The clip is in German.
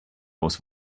aus